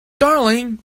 darling